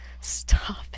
Stop